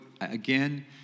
again